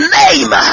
name